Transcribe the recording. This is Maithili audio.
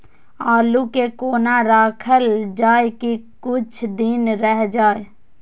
आलू के कोना राखल जाय की कुछ दिन रह जाय?